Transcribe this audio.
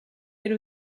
elle